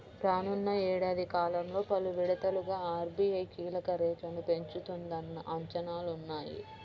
రానున్న ఏడాది కాలంలో పలు విడతలుగా ఆర్.బీ.ఐ కీలక రేట్లను పెంచుతుందన్న అంచనాలు ఉన్నాయి